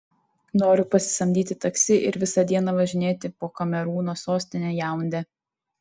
noriu pasisamdyti taksi ir visą dieną važinėti po kamerūno sostinę jaundę